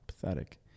Pathetic